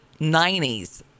90s